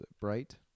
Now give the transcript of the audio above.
Bright